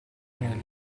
meglio